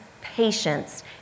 patience